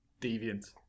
Deviant